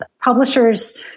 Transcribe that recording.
Publishers